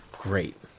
great